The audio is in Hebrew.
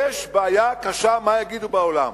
יש בעיה קשה מה יגידו בעולם,